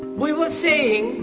we will see